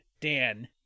Dan